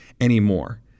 anymore